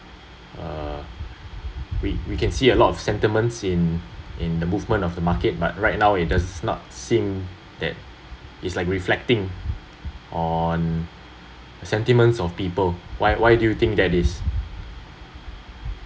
uh we we can see a lot of sentiment in in the movement of the market but right now it does not seem that it’s like reflecting on sentiments of people why why do you think that is